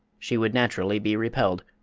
she would naturally be repelled,